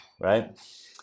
Right